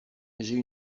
j’ai